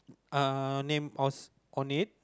uh name on it